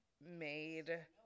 made